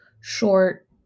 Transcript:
short